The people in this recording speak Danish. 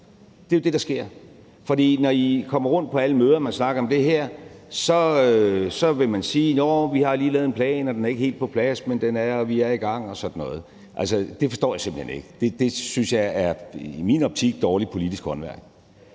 Det er jo det, der sker, for når I kommer rundt på alle møderne og snakker om det her, vil man sige: Nåh, vi har lige lavet en plan, og den er ikke helt på plads, og vi er i gang, og sådan noget. Det forstår jeg simpelt hen ikke. Det er i min optik dårligt politisk håndværk.